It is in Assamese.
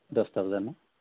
দহটা বজাত ন